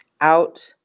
out